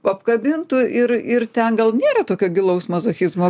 apkabintų ir ir ten gal nėra tokio gilaus mazochizmo